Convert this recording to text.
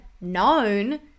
known